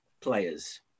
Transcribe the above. players